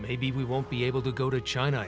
maybe we won't be able to go to china